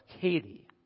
Katie